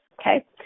Okay